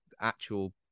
actual